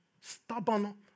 stubborn